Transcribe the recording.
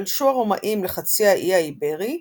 פלשו הרומאים לחצי האי האיברי,